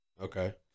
Okay